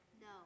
No